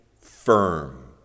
firm